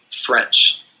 French